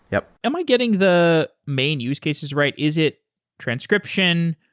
yup am i getting the main use cases right? is it transcription,